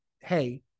hey